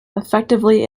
effectively